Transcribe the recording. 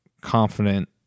confident